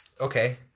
Okay